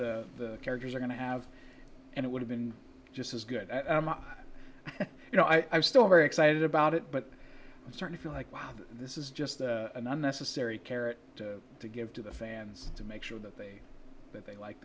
the characters are going to have and it would have been just as good you know i'm still very excited about it but certainly feel like wow this is just an unnecessary carrot to give to the fans to make sure that they that they like